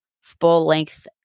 full-length